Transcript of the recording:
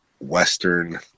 Western